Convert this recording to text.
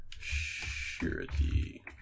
Surety